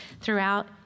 throughout